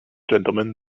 gentlemen